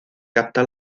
capta